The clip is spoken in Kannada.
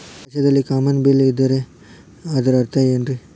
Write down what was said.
ಆಕಾಶದಲ್ಲಿ ಕಾಮನಬಿಲ್ಲಿನ ಇದ್ದರೆ ಅದರ ಅರ್ಥ ಏನ್ ರಿ?